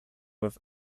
with